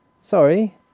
Sorry